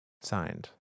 Signed